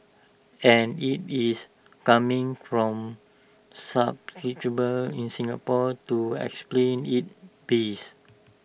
and IT is coming from subscribers in Singapore to explant its base